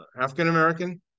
African-American